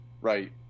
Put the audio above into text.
right